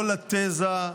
כל התזה,